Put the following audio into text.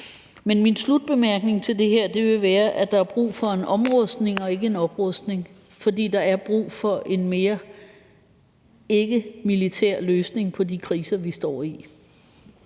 Min slutbemærkning til det her vil være, at der er brug for en omrustning og ikke en oprustning, for der er brug for en mere ikkemilitær løsning på de kriser, vi står i.